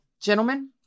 gentlemen